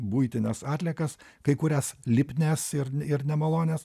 buitines atliekas kai kurias lipnias ir ir nemalonias